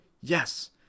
yes